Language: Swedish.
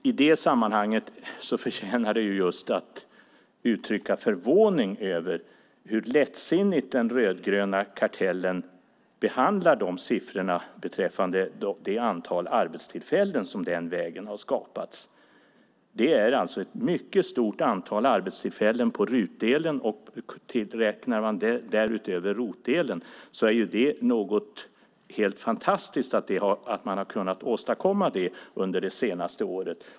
I det sammanhanget är det förvånande hur lättsinnigt den rödgröna kartellen behandlar siffrorna beträffande det antal arbetstillfällen som den vägen har skapats. Det handlar alltså om ett mycket stort antal arbetstillfällen på RUT-delen. Räknar man därutöver ROT-delen är det något helt fantastiskt man har kunnat åstadkomma under det senaste året.